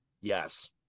Yes